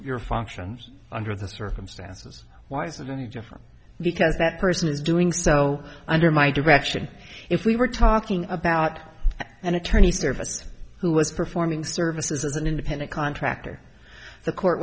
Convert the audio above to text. your functions under the circumstances why is it any different because that person is doing so under my direction if we were talking about an attorney service who was performing services as an independent contractor the court